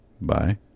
Bye